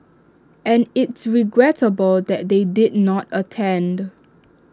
and it's regrettable that they did not attend